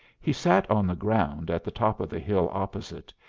he sat on the ground at the top of the hill opposite,